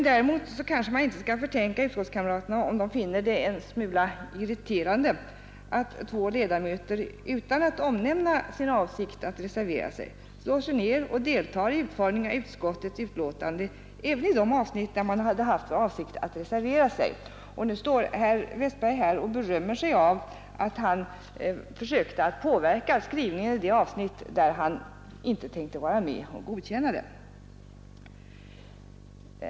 Däremot kanske man inte skall förtänka utskottskamraterna om de finner det en smula irriterande att två ledamöter utan att omnämna sin avsikt att reservera sig slår sig ned och deltar i utformningen av utskottets betänkande även i de avsnitt, där man hade för avsikt att reservera sig. Och nu står herr Westberg här och berömmer sig av att han försökte påverka skrivningen i de avsnitt, där han inte tänkte vara med och godkänna denna.